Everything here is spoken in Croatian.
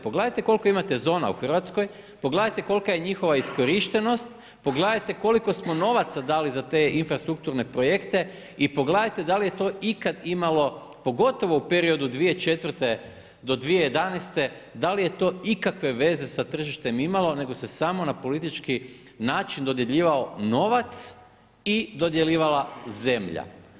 Pogledajte koliko imate zona u Hrvatskoj, pogledajte kolika je njihova iskorištenost, pogledajte koliko smo novaca dali za te infrastrukturne projekte i pogledajte da li je to ikad imalo, pogotovo u periodu 2004. do 2011. da li je to ikakve veze sa tržištem imalo, nego se samo na politički način dodjeljivao novac i dodjeljivala zemlja.